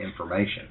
information